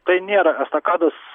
tai nėra estakados